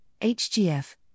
HGF